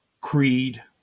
creed